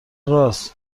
رآس